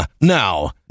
Now